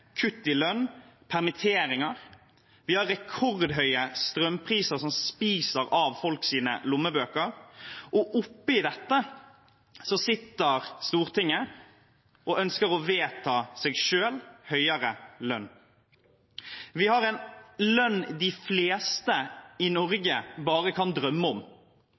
kutt i lønn og permitteringer. Vi har rekordhøye strømpriser som spiser av folks lommebøker, og oppe i dette sitter Stortinget og ønsker å vedta høyere lønn for seg selv. Vi har en lønn de fleste i Norge bare kan drømme om.